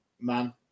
man